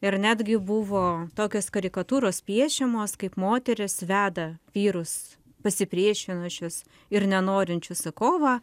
ir netgi buvo tokios karikatūros piešiamos kaip moteris veda vyrus pasipriešinančius ir nenorinčius į kovą